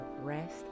rest